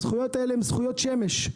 הזכויות האלה הם זכויות שמש.